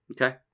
Okay